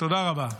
תודה רבה.